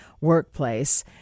workplace